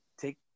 take